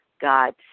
God